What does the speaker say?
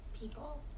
people